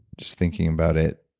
just thinking about it.